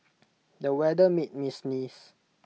the weather made me sneeze